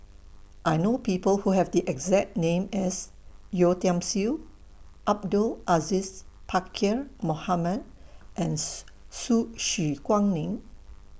I know People Who Have The exact name as Yeo Tiam Siew Abdul Aziz Pakkeer Mohamed and Su Su She Guaning